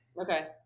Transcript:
Okay